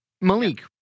Malik